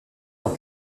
dans